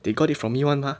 they got it from me [one] mah